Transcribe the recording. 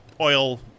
oil